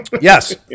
Yes